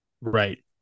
right